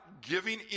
giving